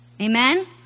Amen